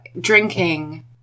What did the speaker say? drinking